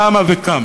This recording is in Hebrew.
למה וכמה.